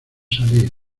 salir